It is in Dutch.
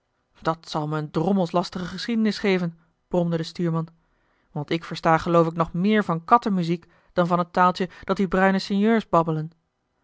dat zal me een drommels lastige geschiedenis geven bromde de stuurman want ik versta geloof ik nog meer van kattenmuziek dan van het taaltje dat die bruine sinjeurs babbelen